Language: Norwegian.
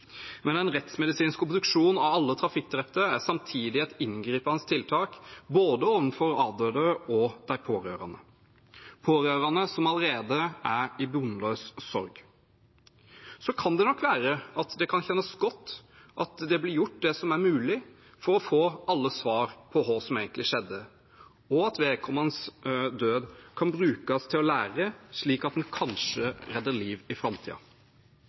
men en rettsmedisinsk obduksjon av alle trafikkdrepte er samtidig et inngripende tiltak overfor både avdøde og de pårørende – pårørende som allerede er i bunnløs sorg. Så kan det nok være at det kan kjennes godt at det blir gjort det som er mulig for å få alle svar på hva som egentlig skjedde, og at vedkommendes død kan brukes til å lære, slik at en kanskje redder liv i